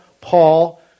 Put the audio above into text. Paul